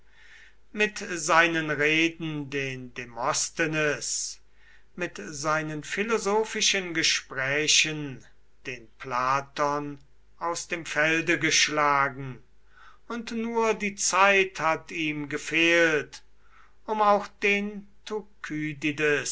mit seinen reden den demosthenes mit seinen philosophischen gesprächen den platon aus dem felde geschlagen und nur die zeit hat ihm gefehlt um auch den